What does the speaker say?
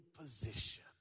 position